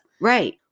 right